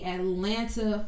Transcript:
Atlanta